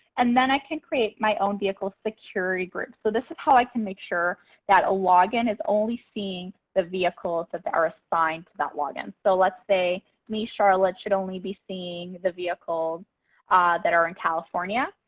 and then i can create my own security brig. so this is how i can make sure that a login is only seeing the vehicles that are assigned to that login. so let's say me, charlotte, should only be seeing the vehicles that are in california.